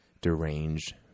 deranged